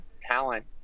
talent